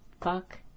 fuck